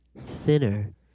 thinner